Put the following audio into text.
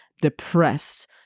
depressed